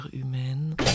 humaine